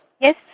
Yes